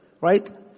Right